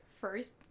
first